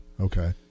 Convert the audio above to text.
Okay